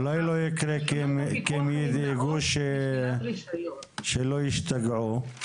אולי לא יקרה כי הם ידאגו שלא ישתגעו?